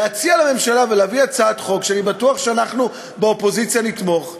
להציע לממשלה ולהביא הצעת חוק שאני בטוח שאנחנו באופוזיציה נתמוך בה,